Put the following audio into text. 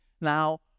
Now